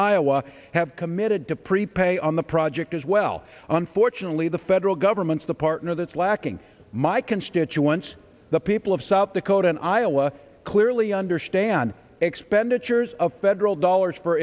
iowa have committed to pre pay on the project as well unfortunately the federal governments the partner that's lacking my constituents the people of south dakota and iowa clearly understand expenditures of federal dollars for